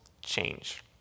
change